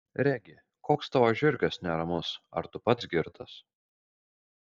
regi koks tavo žirgas neramus ar tu pats girtas